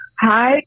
Hi